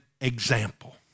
example